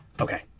Okay